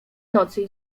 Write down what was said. nocy